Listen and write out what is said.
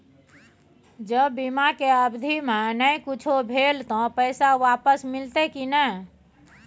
ज बीमा के अवधि म नय कुछो भेल त पैसा वापस मिलते की नय?